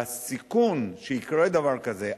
והסיכון שיקרה דבר כזה,